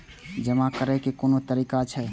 जमा करै के कोन तरीका छै?